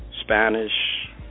Spanish